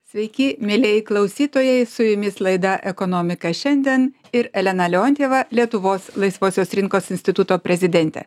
sveiki mielieji klausytojai su jumis laida ekonomika šiandien ir elena leontjeva lietuvos laisvosios rinkos instituto prezidentė